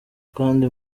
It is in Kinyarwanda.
kandi